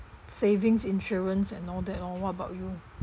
savings insurance and all that lor what about you